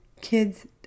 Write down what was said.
kids